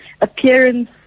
appearance